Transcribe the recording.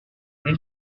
elle